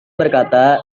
berkata